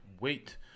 wait